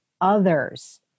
others